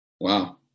Wow